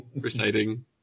Reciting